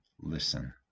listen